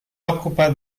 occupa